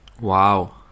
Wow